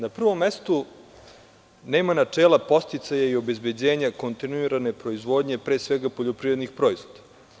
Na prvom mestu nema načela podsticaja i obezbeđenja kontinuirane proizvodnje, pre svega poljoprivrednih proizvoda.